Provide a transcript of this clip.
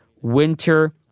winter